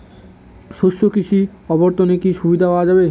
শস্য কৃষি অবর্তনে কি সুবিধা পাওয়া যাবে?